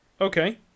Okay